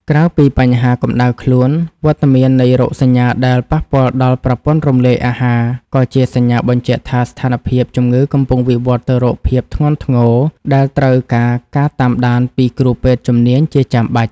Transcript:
ក្រៅពីបញ្ហាកម្ដៅខ្លួន វត្តមាននៃរោគសញ្ញាដែលប៉ះពាល់ដល់ប្រព័ន្ធរំលាយអាហារ ក៏ជាសញ្ញាបញ្ជាក់ថាស្ថានភាពជំងឺកំពុងវិវត្តទៅរកភាពធ្ងន់ធ្ងរដែលត្រូវការការតាមដានពីគ្រូពេទ្យជំនាញជាចាំបាច់។